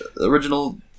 original